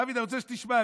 דוד, אני רוצה שתשמע.